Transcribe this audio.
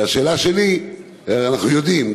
והשאלה שלי: אנחנו יודעים,